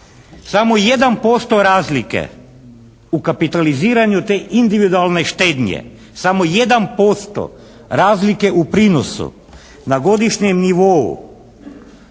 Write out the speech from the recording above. posto razlike u kapitaliziranju te individualne štednje, samo jedan posto razlike u prinosu na godišnjem nivou.